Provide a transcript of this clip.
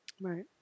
Right